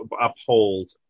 uphold